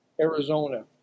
Arizona